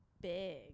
big